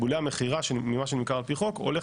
תקבולי המכירה ממה שנמכר על פי חוק הולך